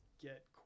get